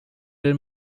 will